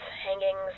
hangings